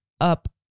up